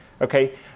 Okay